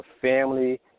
family